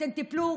אתם תיפלו,